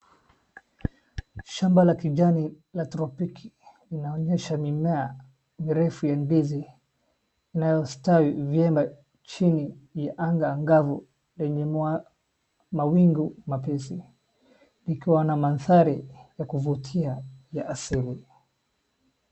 shamba la kijani la tropiki linaonyesha mimea mirefu ya ndizi inayostawi vyema chini ya anga angavu yenye mawingu mepesi . Ikiwa na mandhari ya kuvutia ya asili.